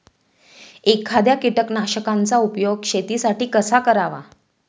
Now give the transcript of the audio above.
एखाद्या कीटकनाशकांचा उपयोग शेतीसाठी कसा करावा?